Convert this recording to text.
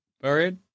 Buried